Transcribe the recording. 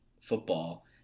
football